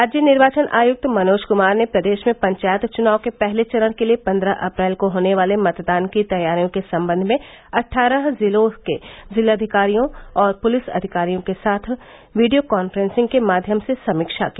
राज्य निर्वाचन आयुक्त मनोज कुमार ने प्रदेश में पंचायत चुनाव के पहले चरण के लिये पन्द्रह अप्रैल को होने वाले मतदान की तैयारियों के संबंध में संबंधित अट्ठारह जिलों के जिलाधिकारियों और पुलिस अधिकारियों के साथ वीडियो काफ्रेंसिंग के माध्यम से समीक्षा की